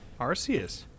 Arceus